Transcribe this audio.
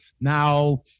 now